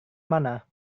mana